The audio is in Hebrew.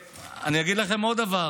אני אגיד לכם עוד דבר: